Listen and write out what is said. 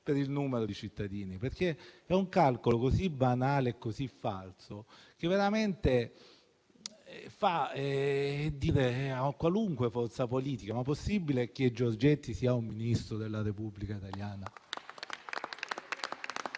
per il numero di cittadini. È un calcolo così banale e così falso che veramente porta qualunque forza politica a chiedersi se sia possibile che Giorgetti sia un ministro della Repubblica italiana.